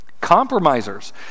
Compromisers